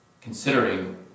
considering